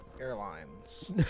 Airlines